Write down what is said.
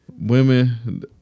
women